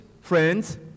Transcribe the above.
friends